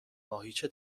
ماهیچه